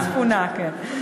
קצת ספונה, כן.